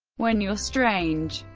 when you're strange.